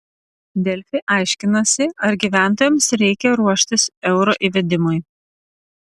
delfi aiškinasi ar gyventojams reikia ruoštis euro įvedimui